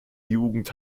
jugend